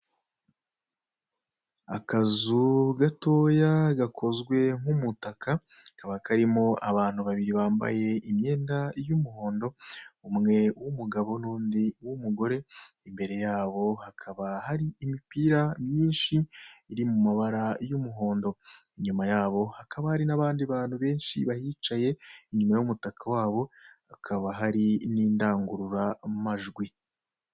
Akazu gatoya gakozwe nk'umutaka kikaba karimo abantu babiri bambaye imyenda y'umuhondo umwe w'umugabo n'undi w'umugore imbere yabo hakaba hari imipira myinshi iri mu mabara y'umuhondo nyuma yaho hakaba hari n'abandi bantu benshi bahicaye inyuma y'umutaka wabo bakaba hari n'indangururamajwi.